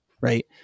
Right